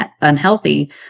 unhealthy